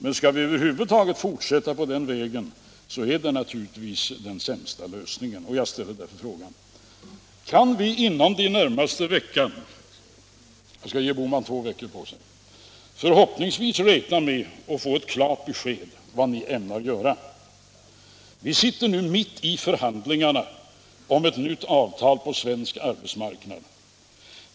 Men skall vi över huvud taget fortsätta på den vägen är det den sämsta lösningen och jag ställer därför frågan: Kan vi inom den närmaste veckan — jag skall ge herr Bohman två veckor på sig — förhoppningsvis räkna med att få ett klart besked om vad ni ämnar göra? Vi sitter nu mitt i förhandlingarna om ett nytt avtal på svensk arbetsmarknad.